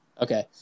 Okay